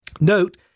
Note